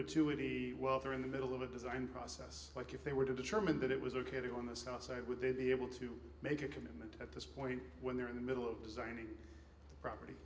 perpetuity well they're in the middle of a design process like if they were to determine that it was ok to go on the south side would they be able to make a commitment at this point when they're in the middle of designing property